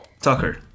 Tucker